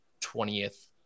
20th